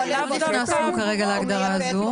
את זה גם הכנסנו כרגע להגדרה הזו.